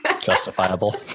Justifiable